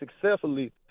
successfully